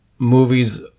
movies